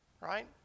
right